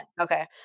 Okay